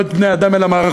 ולא את בני-האדם אל המערכות,